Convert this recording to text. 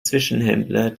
zwischenhändler